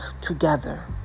together